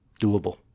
doable